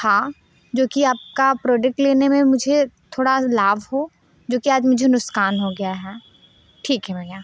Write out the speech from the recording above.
हाँ जो कि आपका प्रोडेक्ट लेने में मुझे थोड़ा लाभ हो जोकि आज मुझे नुकसान हो गया है ठीक है भैया